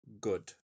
good